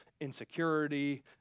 insecurity